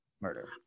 murder